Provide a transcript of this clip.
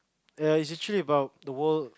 ya it's actually about the world